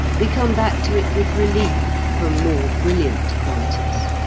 we come back to it with relief from more brilliant qualities.